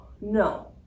no